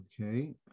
Okay